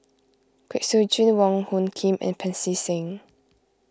Kwek Siew Jin Wong Hung Khim and Pancy Seng